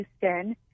Houston